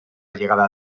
llegada